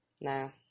No